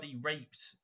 Raped